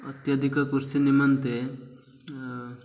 ଅତ୍ୟଧିକ କୃଷି ନିମନ୍ତେ